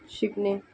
शिकणे